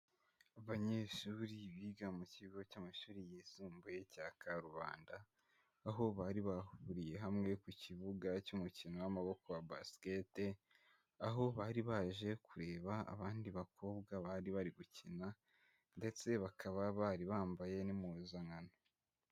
Abanyeshuri biga mu kigo cy'amashuri yisumbuye cya Karubanda, aho bari bahuriye hamwe ku kibuga cy'umukino w'amaboko wa basket, aho bari baje kureba abandi bakobwa bari bari gukina ndetse bakaba bari bambaye n'impuzankano.